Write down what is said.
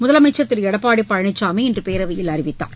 முதலமைச்சர் திரு எடப்பாடி பழனிசாமி இன்று சட்டப்பேரவையில் அறிவித்தார்